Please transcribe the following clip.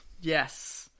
Yes